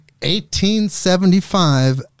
1875